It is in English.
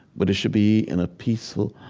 but it should be in a peaceful,